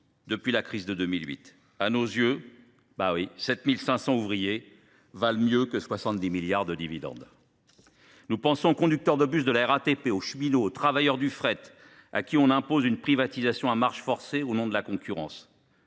depuis la crise de 2008. Or, à nos yeux, 7 500 ouvriers valent mieux que 70 milliards de dividendes. Nous pensons également aux conducteurs de bus de la RATP, aux cheminots et aux travailleurs du fret, à qui on impose une privatisation à marche forcée au nom de la concurrence